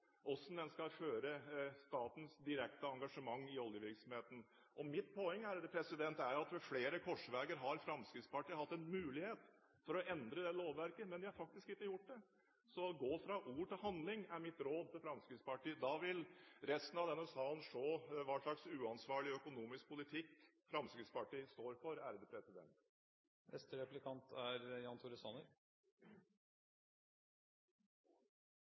gjelder den slags spørsmål i Stortinget. Mitt poeng er at i loven om Statens pensjonsfond utland går det klart fram hva som skal regnes inn i kontantstrømmen, på både inntekts- og utgiftssiden. Der er det tydelige føringer på hvordan man skal føre statens direkte engasjement i oljevirksomheten. Mitt poeng er at ved flere korsveger har Fremskrittspartiet hatt en mulighet til å endre det lovverket, men de har faktisk ikke gjort det. Gå fra ord til handling, er mitt råd til Fremskrittspartiet.